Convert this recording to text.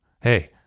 Hey